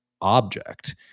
object